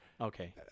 Okay